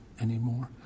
anymore